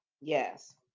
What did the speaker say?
yes